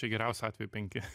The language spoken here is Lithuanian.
čia geriausiu atveju penki